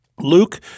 Luke